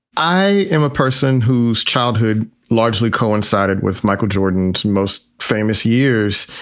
i am a person whose childhood largely coincided with michael jordan's most famous years.